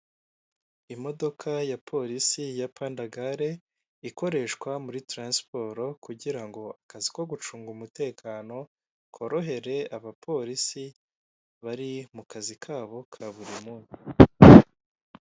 Imodoka ya polisi ya pandagare ikoreshwa muri transport kugira ngo akazi ko gucunga umutekano korohere abapolisi bari mu kazi kabo ka buri munsi.